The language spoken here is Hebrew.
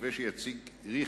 מתווה שיצריך,